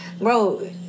bro